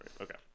Okay